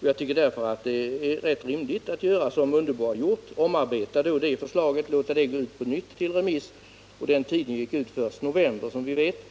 Jag tycker därför att det är rätt rimligt att göra som herr Mundebo har gjort — att omarbeta förslaget och låta det gå ut på nytt till remiss. Remisstiden gick ut först i november, som vi vet.